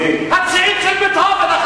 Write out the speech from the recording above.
התשיעית של בטהובן.